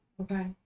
Okay